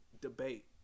debate